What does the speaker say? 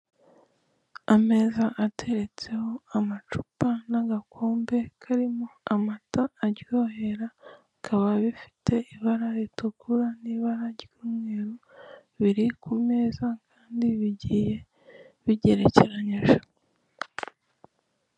Amaze ateretseho amacupa n'agakombe karimo amata aryohera, bikaba bifite ibara ritukura n'ibara ry'umweru biri ku meza, Kandi bigiye bijyerekeranyize.